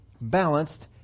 balanced